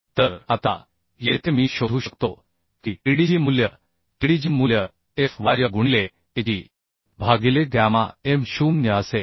तर आता येथे मी शोधू शकतो की Tdg मूल्य Tdg मूल्य Fy गुणिलेAg भागिले गॅमा m 0 असेल